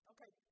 Okay